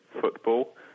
football